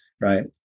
right